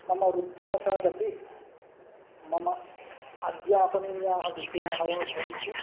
मम वृत्तिवशादपि मम अध्यापनीयाः विषयाः वा भवन्तु